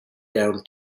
down